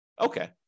Okay